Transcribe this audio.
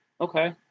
okay